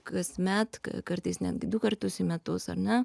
kasmet kartais netgi du kartus į metus ar ne